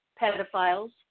Pedophiles